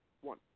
one